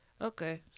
Okay